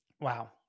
Wow